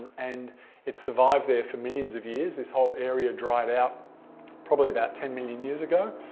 and it survived there for millions of years. this whole area dried out probably about ten million years ago.